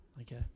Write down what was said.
Okay